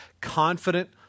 confident